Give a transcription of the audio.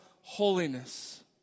holiness